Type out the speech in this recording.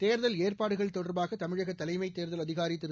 தேர்தல் ஏற்பாடுகள் தொடர்பாகதமிழகதலைமைத் தேர்தல் அதிகாரிதிரு